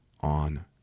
on